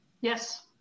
Yes